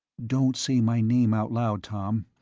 don't say my name out loud tom.